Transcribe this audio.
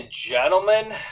gentlemen